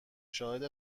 شاهد